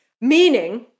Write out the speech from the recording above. meaning